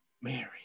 Mary